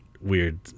weird